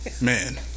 Man